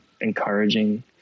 encouraging